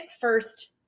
first